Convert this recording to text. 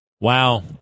Wow